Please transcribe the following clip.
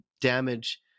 damage